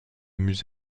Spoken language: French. musée